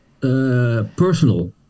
personal